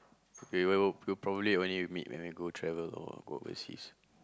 we will we probably will meet when we go travel or go overseas